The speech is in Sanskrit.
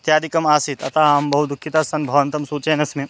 इत्यादिकम् आसीत् अतः अहं बहु दुःखितस्सन् भवन्तं सूचयन् अस्मि